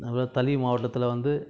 நம்ம தளி மாவட்டத்தில் வந்து